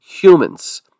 humans